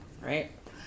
right